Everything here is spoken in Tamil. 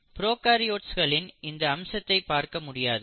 ப்ரோகாரியோட்ஸ்களில் இந்த அம்சத்தை பார்க்க முடியாது